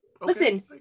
Listen